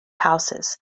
houses